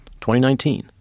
2019